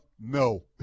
no